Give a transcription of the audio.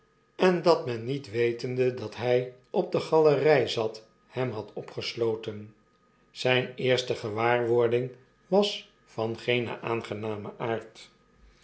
en dat men niet wetende dat hy op de galery zat hem had opgesloten zijne eerste gewaarwording was van geenen aangenamen aard